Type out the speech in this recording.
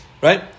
right